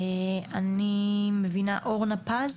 אני מבינה אורנה פז,